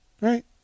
right